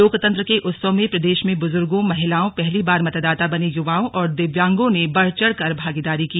लोकतंत्र के उत्सव में प्रदेश में बुजुर्गों महिलाओं पहली बार मतदाता बने युवाओं और दिव्यांगों ने बढ़ चढ़कर भागीदारी की